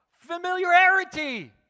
familiarity